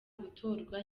gutorwa